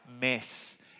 mess